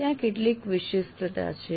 ત્યાં કેટલીક વિશિષ્ટતા છે